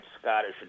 Scottish